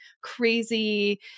crazy